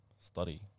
study